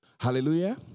Hallelujah